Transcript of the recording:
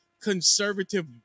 conservative